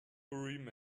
urim